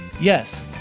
Yes